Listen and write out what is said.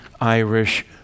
Irish